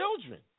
children